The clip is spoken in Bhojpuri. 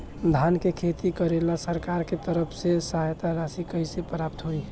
धान के खेती करेला सरकार के तरफ से सहायता राशि कइसे प्राप्त होइ?